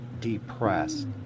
depressed